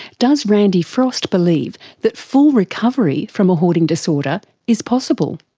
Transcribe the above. does randy frost believe that full recovery from a hoarding disorder is possible?